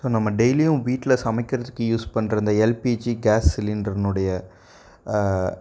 so நம்ம டெய்லியும் வீட்டில் சமைக்கின்றதுக்கு யூஸ் பண்ணுற இந்த எல்பிஜி கேஸ் சிலிண்ட்ருனுடைய